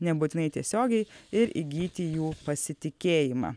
nebūtinai tiesiogiai ir įgyti jų pasitikėjimą